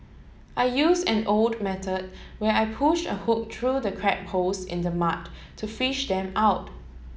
I use an old method where I push a hook through the crab holes in the mud to fish them out